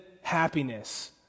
happiness